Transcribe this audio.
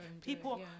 People